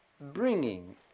bringing